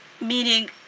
meaning